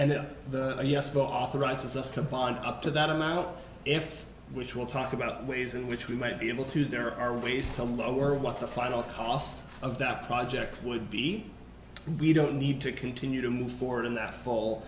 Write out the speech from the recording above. vote authorizes us to bond up to that amount if which will talk about ways in which we might be able to there are ways to lower what the final cost of that project would be we don't need to continue to move forward in that